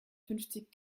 fünfzig